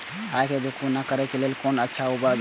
आय के दोगुणा करे के लेल कोन अच्छा उपाय अछि?